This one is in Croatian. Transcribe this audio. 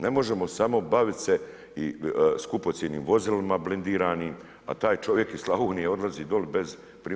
Ne možemo samo bavit se i skupocjenim vozilima blindiranim, a taj čovjek iz Slavonije odlazi dole bez.